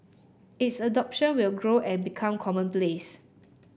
its adoption will grow and become commonplace